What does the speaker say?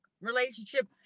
relationship